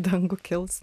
dangų kils